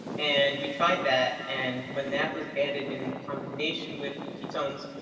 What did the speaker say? and we tried that. and when that was added in combination with ketones,